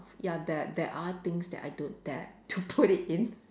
ya there there are things that I don't dare to put it in